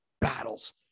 battles